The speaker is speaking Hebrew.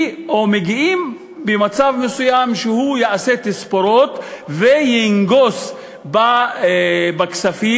מגיעים במצב מסוים שהוא יעשה תספורות וינגוס בכספים,